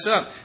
up